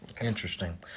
interesting